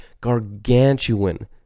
gargantuan